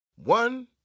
One